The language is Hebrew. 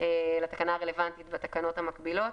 לתקנה הרלוונטית בתקנות המקבילות,